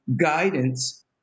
guidance